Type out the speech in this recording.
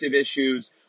issues